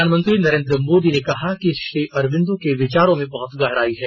प्रधानमंत्री नरेन्द्र मोदी ने कहा कि श्री अरबिंदो के विचारों में बहुत गहराई है